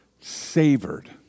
savored